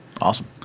awesome